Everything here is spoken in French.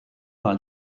par